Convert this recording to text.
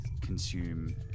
consume